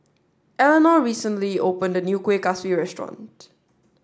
Eleonore recently opened a new Kueh Kaswi Restaurant